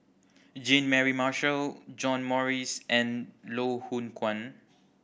Jean Mary Marshall John Morrice and Loh Hoong Kwan